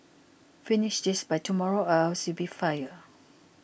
finish this by tomorrow or else you'll be fired